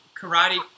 Karate